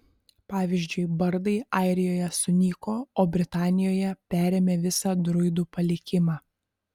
pavyzdžiui bardai airijoje sunyko o britanijoje perėmė visą druidų palikimą